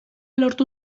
lortu